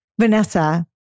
Vanessa